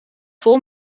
vol